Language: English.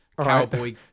cowboy